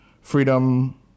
freedom